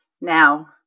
Now